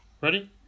ready